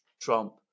Trump